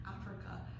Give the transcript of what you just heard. Africa